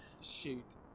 Shoot